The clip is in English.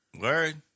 Word